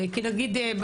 כי נגיד,